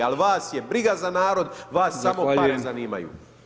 Ali vas je briga za narod, vas samo pare zanimaju.